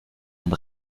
und